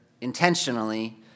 intentionally